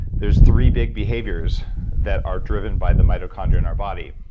there's three big behaviors that are driven by the mitochondria in our body,